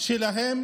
שלהם